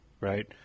right